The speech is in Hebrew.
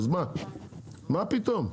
מה פתאום.